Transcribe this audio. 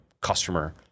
customer